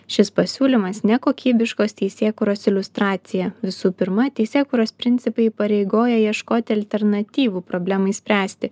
šis pasiūlymas nekokybiškos teisėkūros iliustracija visų pirma teisėkūros principai įpareigoja ieškoti alternatyvų problemai spręsti